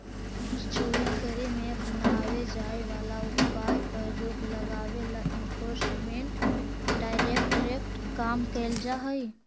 कर चोरी करे में अपनावे जाए वाला उपाय पर रोक लगावे ला एनफोर्समेंट डायरेक्टरेट काम करऽ हई